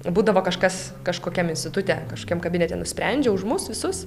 būdavo kažkas kažkokiam institute kažkam kabinete nusprendžia už mus visus